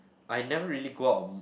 I never really go out on